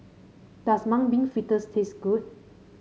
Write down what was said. does Mung Bean Fritters taste good